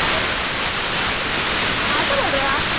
hello कहाँ से बोल रहे हो आप